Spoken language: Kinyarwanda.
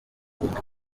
guhunga